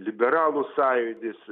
liberalų sąjūdis